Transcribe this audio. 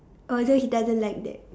although he doesn't like that